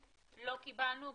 לא קיבלנו,